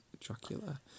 dracula